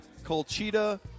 Colchita